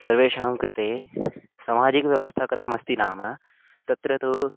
सर्वेषां कृते समाजिकव्यवस्था कथमस्ति नाम तत्र तु